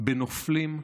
בנופלים,